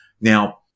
Now